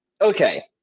okay